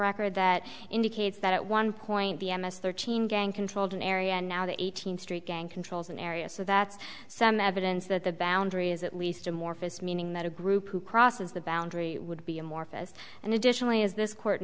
record that indicates that at one point b m s there chain gang controlled an area and now the eighteenth street gang controls an area so that some evidence that the boundary is at least amorphous meaning that a group who crosses the boundary would be amorphous and additionally is this court